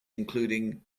including